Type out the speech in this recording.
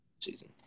season